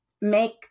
make